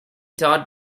taught